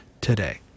today